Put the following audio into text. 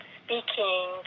speaking